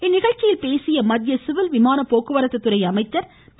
இந்நிகழ்ச்சியில் பேசிய மத்திய சிவில் விமான போக்குவரத்து துறை அமைச்சர் திரு